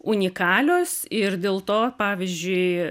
unikalios ir dėl to pavyzdžiui